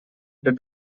that